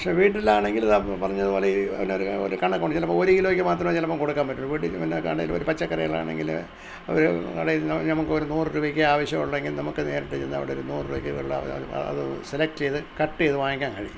പക്ഷെ വീട്ടിലാണെങ്കിൽ അന്ന് പറഞ്ഞതുപോലെ പിന്നെ ഒര് ഒര് കണക്കുണ്ട് ചിലപ്പോൾ ഒര് കിലോയ്ക്ക് മാത്രമേ ചിലപ്പോൾ കൊടുക്കാൻ പറ്റു വീട്ടിലും കടയിലും പച്ചക്കറികൾ ആണെങ്കില് അവര് കടയിൽ നമുക്കൊരു നൂറ് രൂപയ്ക്ക് ആവശ്യമുണ്ടെങ്കിൽ നമുക്ക് നേരിട്ട് ചെന്ന് അവിടൊരു നൂറ് രൂപയ്ക്ക് ഉള്ള അത് സെലക്ട് ചെയ്ത് കട്ട് ചെയ്ത് വാങ്ങിക്കാൻ കഴിയും